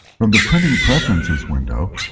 from the printing preferences window,